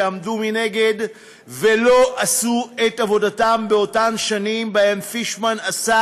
שעמדו מנגד ולא עשו את עבודתם באותן שנים שבהן פישמן עשה